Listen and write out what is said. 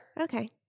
Okay